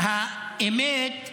האמת,